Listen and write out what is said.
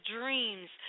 dreams